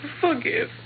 Forgive